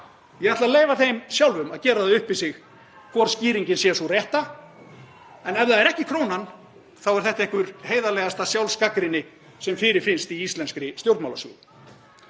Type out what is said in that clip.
Ég ætla að leyfa þeim sjálfum að gera það upp við sig hvor skýringin sé sú rétta. En ef það er ekki krónan þá er þetta einhver heiðarlegasta sjálfsgagnrýni sem fyrirfinnst í íslenskri stjórnmálasögu.